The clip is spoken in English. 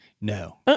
no